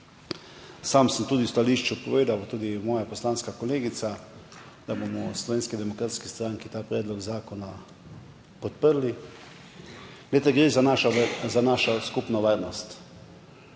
Sam sem tudi v stališču povedal, tudi moja poslanska kolegica, da bomo v Slovenski demokratski stranki ta predlog zakona podprli. Gre za našo skupno varnost.